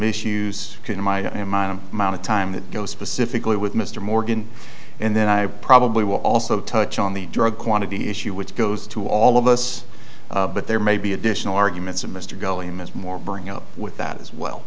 issues amount of time that goes specifically with mr morgan and then i probably will also touch on the drug quantity issue which goes to all of us but there may be additional arguments and mr gully him as more bring up with that as well